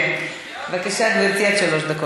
אני מבקשת שלא להפריע לנו,